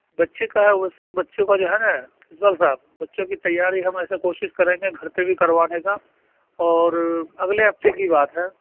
بچے کا ہے وہ سر بچوں کا جو ہے نا پرنسپل صاحب بچوں کی تیاری ہم ایسا کوشش کریں گے گھر پہ بھی کروانے کا اور اگلے ہفتے کی بات ہے